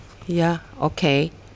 ya okay